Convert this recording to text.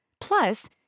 Plus